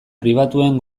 pribatuen